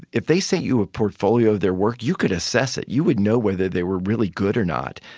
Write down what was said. if they sent you a portfolio of their work, you could assess it. you would know whether they were really good or not.